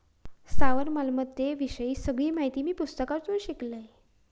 स्थावर मालमत्ते विषयी सगळी माहिती मी पुस्तकातून शिकलंय